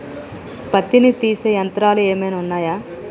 పత్తిని తీసే యంత్రాలు ఏమైనా ఉన్నయా?